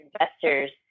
investors